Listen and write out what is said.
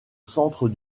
centre